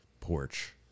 porch